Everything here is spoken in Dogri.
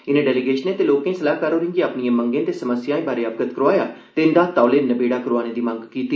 इनें डेलीगेशनें ते लोकें सलाहकार होरेंगी अपनिएं मंगें ते समस्याएं बारे अवगत करोआया ते इंदा तौले नबेड़ा करोआने दी मंग कीती